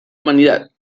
humanidad